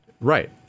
Right